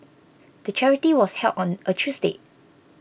the charity was held on a Tuesday